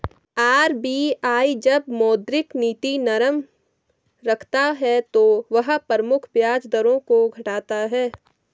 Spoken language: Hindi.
आर.बी.आई जब मौद्रिक नीति नरम रखता है तो वह प्रमुख ब्याज दरों को घटाता है